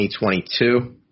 2022